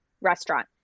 restaurant